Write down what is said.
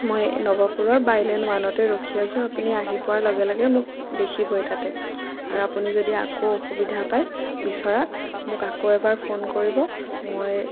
মই নৱপুৰৰ বাইলেন ওৱানতে ৰখি আছোঁ আপুনি আহি পোৱাৰ লগে লগে মোক দেখিবয়েই তাতে আৰু আপুনি যদি আকৌ অসুবিধা পায় বিচৰাত মোক আকৌ এবাৰ ফোন কৰিব মই